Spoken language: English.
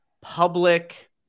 public